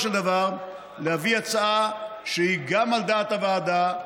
של דבר להביא הצעה שהיא גם על דעת הוועדה,